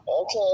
Okay